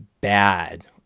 bad